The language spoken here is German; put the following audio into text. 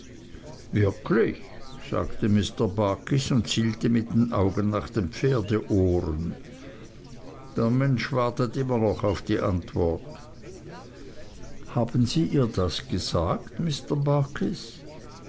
wirklich sagte mr barkis und zielte mit den augen nach den pferdeohren der mensch wartet immer noch auf die antwort haben sie ihr das gesagt mr barkis